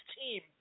team